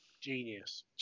Genius